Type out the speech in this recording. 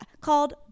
called